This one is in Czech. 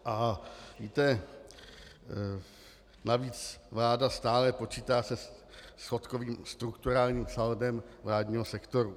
A víte, navíc vláda stále počítá se schodkovým strukturálním saldem vládního sektoru.